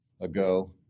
ago